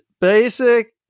basic